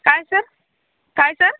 काय सर काय सर